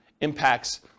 impacts